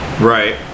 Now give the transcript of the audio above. Right